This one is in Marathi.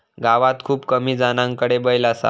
गावात खूप कमी जणांकडे बैल असा